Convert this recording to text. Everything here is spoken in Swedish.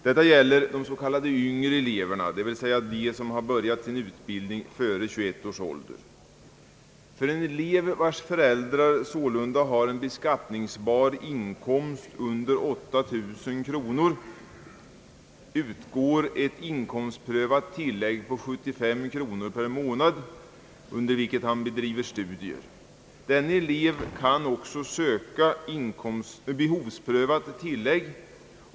Detta gäller de s.k. yngre eleverna, d. v. s. de elever som har börjat sin utbildning före 21 års ålder. För elev, vars föräldrar sålunda har en beskattningsbar inkomst under 8 000 kronor, utgår ett inkomstprövat tillägg på 75 kronor per månad under vilken han bedriver studier. Denne elev kan också söka behovsprövat tillägg.